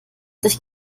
sich